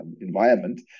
environment